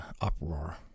uproar